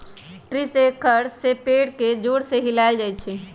tree shaker से पेड़ के जोर से हिलाएल जाई छई